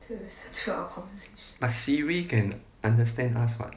but siri can understand us [what]